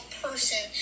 person